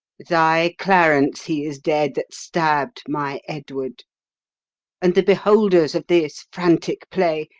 thy clarence he is dead that stabb'd my edward and the beholders of this frantic play,